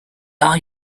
are